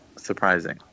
surprising